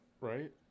right